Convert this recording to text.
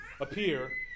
appear